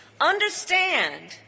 Understand